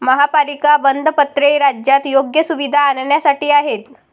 महापालिका बंधपत्रे राज्यात योग्य सुविधा आणण्यासाठी आहेत